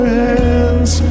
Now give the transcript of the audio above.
hands